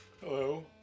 Hello